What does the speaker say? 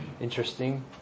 interesting